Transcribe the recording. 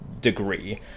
degree